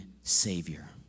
savior